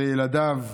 וילדיו,